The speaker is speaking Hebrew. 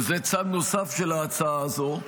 וזה צד נוסף של ההצעה הזו,